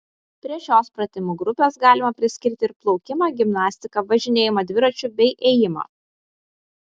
prie šios pratimų grupės galima priskirti ir plaukimą gimnastiką važinėjimą dviračiu bei ėjimą